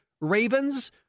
Ravens